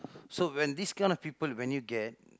so when these kind of people when you get